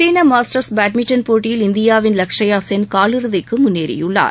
சீன Masters badminton போட்டியில் இந்தியாவின் லக்கூடியா சென் காலிறதிக்கு முன்னேறியுள்ளார்